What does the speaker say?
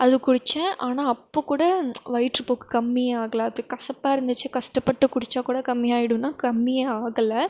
அது குடித்தேன் ஆனால் அப்போது கூட வயிற்றுப்போக்கு கம்மியே ஆகல அது கசப்பாக இருந்துச்சு கஷ்டப்பட்டு குடித்தா கூட கம்மியாகிடும்னா கம்மியே ஆகலை